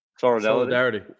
solidarity